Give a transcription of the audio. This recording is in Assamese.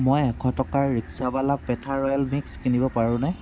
মই এশ টকাৰ ৰিক্সাৱালা পেথা ৰয়েল মিক্স কিনিব পাৰোঁনে